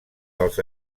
dels